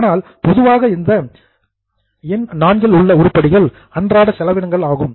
ஆனால் பொதுவாக இந்த எண் IV இல் உள்ள உருப்படிகள் அன்றாட செலவினங்கள் ஆகும்